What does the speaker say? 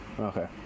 Okay